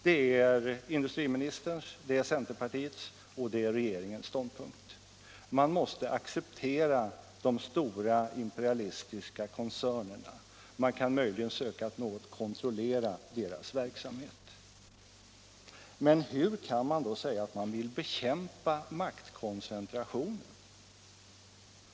Det är industriministerns, centerpartiets och regeringens ståndpunkt att man måste acceptera de stora, imperialistiska koncernerna. Man kan möjligen försöka att något kontrollera deras verksamhet. Men hur kan man då säga att man vill bekämpa maktkoncentrationen?